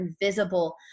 invisible